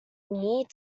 need